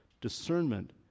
Discernment